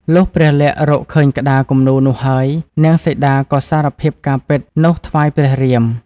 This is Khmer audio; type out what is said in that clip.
លុះព្រះលក្សណ៍រកឃើញក្តារគំនូរនោះហើយ នាងសីតាក៏សារភាពការពិតនោះថ្វាយព្រះរាម។